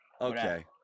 Okay